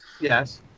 Yes